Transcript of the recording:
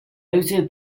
also